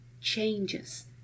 changes